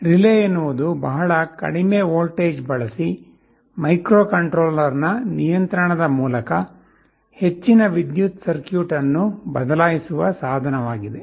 relay ಎನ್ನುವುದು ಬಹಳ ಕಡಿಮೆ ವೋಲ್ಟೇಜ್ ಬಳಸಿ ಮೈಕ್ರೊಕಂಟ್ರೋಲರ್ ನ ನಿಯಂತ್ರಣದ ಮೂಲಕ ಹೆಚ್ಚಿನ ವಿದ್ಯುತ್ ಸರ್ಕ್ಯೂಟ್ ಅನ್ನು ಬದಲಾಯಿಸುವ ಸಾಧನವಾಗಿದೆ